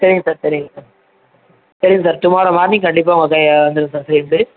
சரிங்க சார் சரிங்க சார் சரிங்க சார் டுமாரோ மார்னிங் கண்டிப்பாக உங்கள் கை வந்துடும் சார் சிலிண்ட்ரு